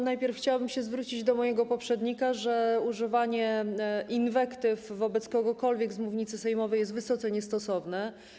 Najpierw chciałabym się zwrócić do mojego poprzednika, że używanie inwektyw wobec kogokolwiek z mównicy sejmowej jest wysokie niestosowne.